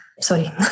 sorry